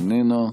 איננה,